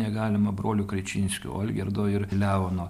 negalima brolių krečinskių algirdo ir leono